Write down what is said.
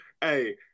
Hey